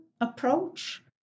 approach